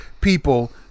people